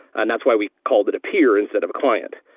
and that's why we called it a peer instead of a client.